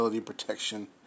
protection